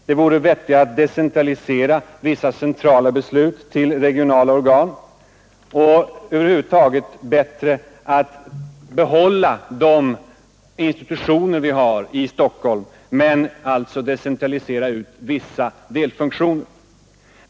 Det vore vettigare att decentralisera vissa nu centrala beslutsfunktioner till regionala organ. Det vore över huvud taget bättre att behålla de institutioner vi har i Stockholm men alltså decentralisera vissa delfunktioner.